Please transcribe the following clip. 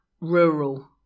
rural